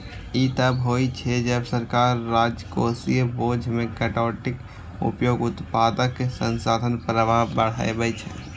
ई तब होइ छै, जब सरकार राजकोषीय बोझ मे कटौतीक उपयोग उत्पादक संसाधन प्रवाह बढ़बै छै